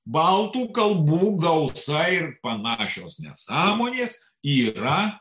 baltų kalbų gausa ir panašios nesąmonės yra